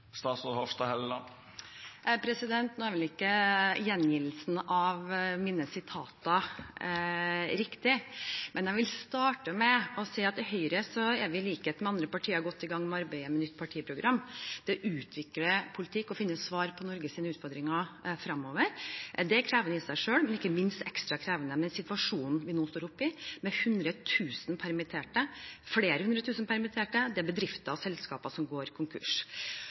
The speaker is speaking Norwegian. er ikke riktig. Men jeg vil starte med å si at i Høyre er vi – i likhet med i andre partier – godt i gang med arbeidet med et nytt partiprogram. Å utvikle politikk og finne svar på Norges utfordringer fremover er krevende i seg selv, men ekstra krevende i den situasjonen vi nå står i, med flere hundre tusen permitterte og bedrifter og selskaper som går konkurs.